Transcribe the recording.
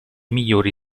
migliori